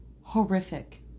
horrific